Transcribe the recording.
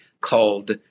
called